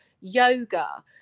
yoga